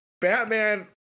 batman